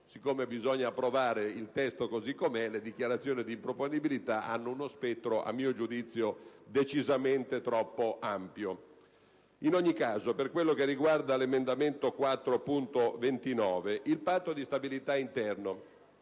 siccome bisogna approvare il testo così com'è, le dichiarazioni di improponibilità hanno uno spettro a mio giudizio decisamente troppo ampio. In ogni caso, per quanto riguarda specificamente l'emendamento 4.29, il Patto di stabilità interno,